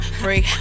free